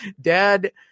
Dad